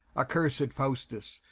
accursed faustus,